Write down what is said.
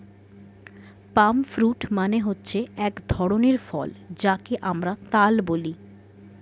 পাম fruit মানে হচ্ছে এক ধরনের ফল যাকে আমরা তাল বলি